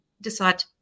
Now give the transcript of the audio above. decide